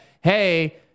hey